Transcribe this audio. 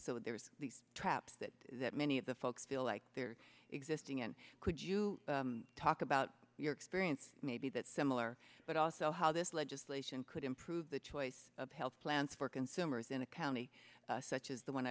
so there's these traps that that many of the folks feel like they're existing and could you talk about your experience maybe that similar but also how this legislation could improve the choice of health plans for consumers in a county such as the one